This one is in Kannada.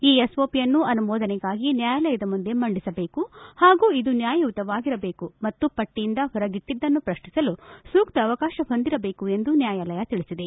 ಈ ಎಸ್ಒಪಿ ಅನ್ನು ಅನುಮೋದನೆಗಾಗಿ ನ್ನಾಯಾಲಯದ ಮುಂದೆ ಮಂಡಿಸಬೇಕು ಹಾಗೂ ಇದು ನ್ಯಾಯಯುತವಾಗಿರಬೇಕು ಮತ್ತು ಪಟ್ಟಯಿಂದ ಹೊರಗಿಟ್ಟಿದ್ದನ್ನು ಪ್ರಶ್ನಿಸಲು ಸೂಕ್ತ ಅವಕಾಶ ಹೊಂದಿರಬೇಕು ಎಂದು ನ್ನಾಯಾಲಯ ತಿಳಿಸಿದೆ